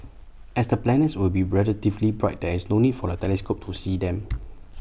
as the planets will be relatively bright there is no need for A telescope to see them